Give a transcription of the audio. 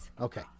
Okay